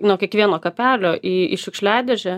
nuo kiekvieno kapelio į į šiukšliadėžę